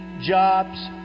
Jobs